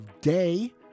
day